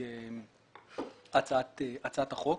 הצעת החוק.